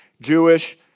Jewish